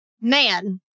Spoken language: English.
man